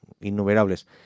innumerables